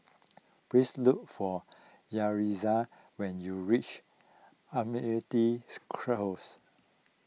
please look for Yaritza when you reach Close